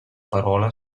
parola